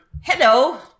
Hello